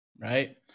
right